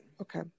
Okay